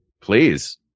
Please